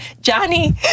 Johnny